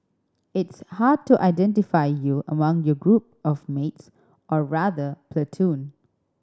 it's hard to identify you among your group of mates or rather platoon